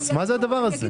מה הדבר הזה?